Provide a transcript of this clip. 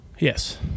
Yes